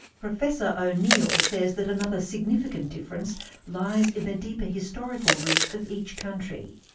professor o'neill says that another significant difference lies in the deeper historical roots of each country.